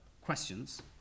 questions